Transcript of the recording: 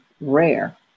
rare